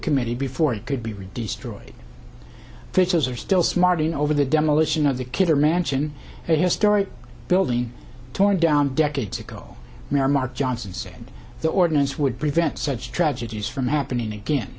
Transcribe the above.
committee before it could be read destroyed pitches are still smarting over the demolition of the killer mansion a historic building torn down decades ago mayor mark johnson said the ordinance would prevent such tragedies from happening again